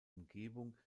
umgebung